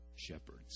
shepherds